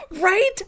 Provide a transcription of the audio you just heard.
Right